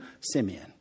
Simeon